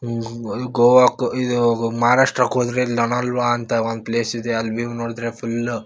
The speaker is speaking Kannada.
ಅದು ಗೋವಾಕ್ಕೆ ಇದು ಗು ಮಹಾರಾಷ್ಟ್ರಕ್ ಹೋದ್ರೆ ಅಲ್ಲಿ ಲನಲ್ವಾ ಅಂತ ಒಂದು ಪ್ಲೇಸ್ ಇದೆ ಅಲ್ಲಿ ವೀವ್ ನೋಡಿದರೆ ಫುಲ್ಲು